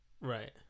right